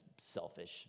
selfish